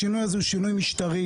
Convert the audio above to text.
השינוי הזה הוא שינוי משטרי.